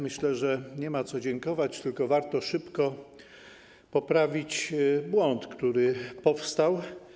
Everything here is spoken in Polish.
Myślę, że nie ma co dziękować, tylko warto szybko poprawić błąd, który powstał.